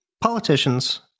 Politicians